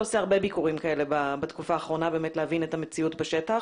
עושה הרבה ביקורים כאלה בתקופה האחרונה כדי להבין את המציאות בשטח.